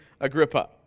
Agrippa